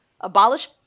abolish